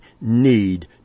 need